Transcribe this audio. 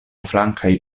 flankaj